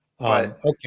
Okay